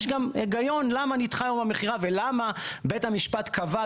יש גם היגיון למה נדחה יום המכירה ולמה בית המשפט קבע,